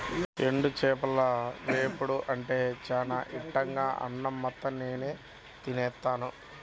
ఎండు చేపల వేపుడు ఉంటే చానా ఇట్టంగా అన్నం మొత్తం నేనే తినేత్తాను